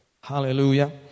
Hallelujah